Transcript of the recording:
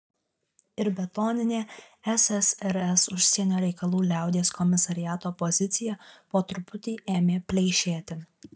ir betoninė ssrs užsienio reikalų liaudies komisariato pozicija po truputį ėmė pleišėti